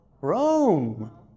Rome